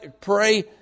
pray